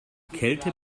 kälte